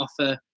offer